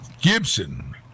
Gibson